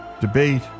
debate